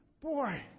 boy